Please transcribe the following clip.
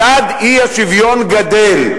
מדד האי-שוויון גדֵל.